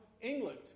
England